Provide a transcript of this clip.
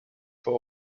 for